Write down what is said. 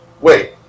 wait